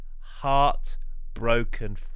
heartbroken